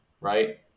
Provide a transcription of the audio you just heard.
right